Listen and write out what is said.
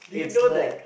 did you know that